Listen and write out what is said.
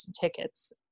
tickets